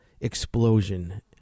explosion